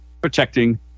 protecting